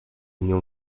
nią